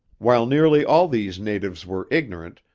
while nearly all these natives were ignorant,